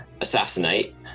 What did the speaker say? assassinate